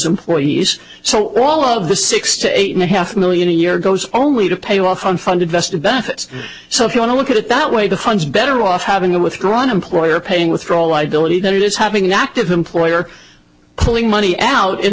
employees so all of the six to eight and a half million a year goes only to pay off unfunded vested benefits so if you want to look at it that way the huns better off having a withdrawn employer paying withdrawal ideality that is having an active employer pulling money out in